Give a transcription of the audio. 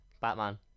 Batman